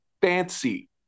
fancy